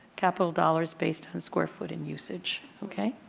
capital dollars based on square foot and usage. okay.